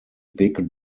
big